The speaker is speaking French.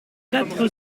quatre